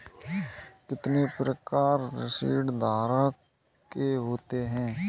कितने प्रकार ऋणधारक के होते हैं?